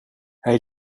hij